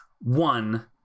one